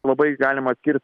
labai galima atskirt